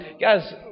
Guys